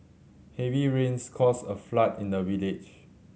heavy rains caused a flood in the village